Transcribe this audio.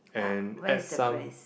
and add some